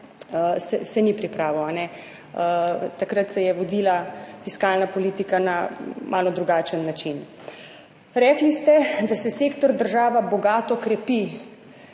se ni pripravil. Takrat se je vodila fiskalna politika na malo drugačen način. Rekli ste, da se sektor država bogato krepi.